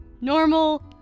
normal